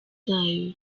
zayo